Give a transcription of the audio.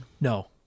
no